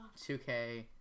2k